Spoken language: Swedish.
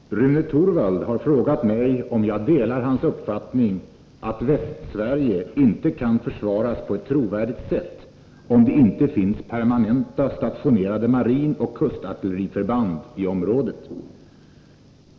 Herr talman! Rune Torwald har frågat mig om jag delar hans uppfattning, att Västsverige inte kan försvaras på ett trovärdigt sätt om det inte finns permanent stationerade marinoch kustartilleriförband i området.